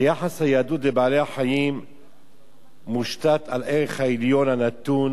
היחס ביהדות לבעלי-החיים מושתת על הערך העליון הנתון